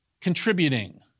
contributing